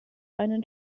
einen